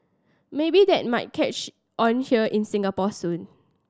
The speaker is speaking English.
maybe that might catch on here in Singapore soon